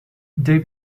they